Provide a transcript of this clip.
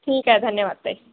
ठीक आहे धन्यवाद ताई